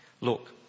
look